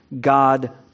God